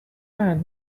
man